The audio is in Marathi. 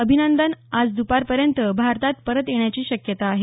अभिनंदन आज द्पारपर्यंत भारतात परत येण्याची शक्यता आहे